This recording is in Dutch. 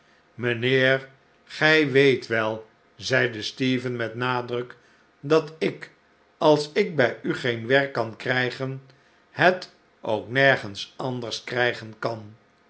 mijnheer gij weet wel zeide stephen met nadruk dat ik als ik bij u geen werk kan krijgen net ook nergens anders krijgen kan